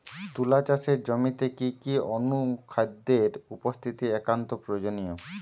তুলা চাষের জমিতে কি কি অনুখাদ্যের উপস্থিতি একান্ত প্রয়োজনীয়?